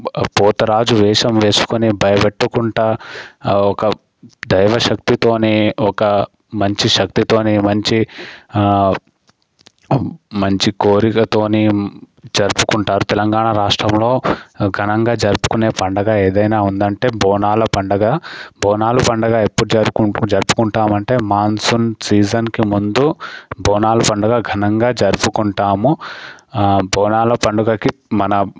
పోతరాజు వేషం వేసుకొని భయపెట్టుకుంటూ ఒక దైవ శక్తితోని ఒక మంచి శక్తితోని మంచి మంచి కోరికతోని జరుపుకుంటారు తెలంగాణ రాష్ట్రంలో ఘనంగా జరుపుకునే పండుగ ఏదైనా ఉందంటే బోనాల పండుగ బోనాలు పండుగ ఎప్పుడు జరుపుకుం జరుపుకుంటాం అంటే మాన్సూన్ సీజన్కి ముందు బోనాలు పండుగ ఘనంగా జరుపుకుంటాము బోనాల పండుగకి మన